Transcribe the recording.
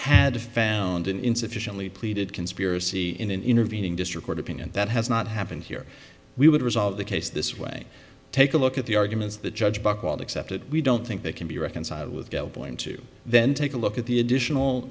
had found an insufficiently pleaded conspiracy in an intervening just record opinion that has not happened here we would resolve the case this way take a look at the arguments the judge buckwild accepted we don't think that can be reconciled with dell point to then take a look at the additional